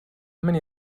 many